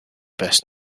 best